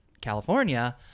California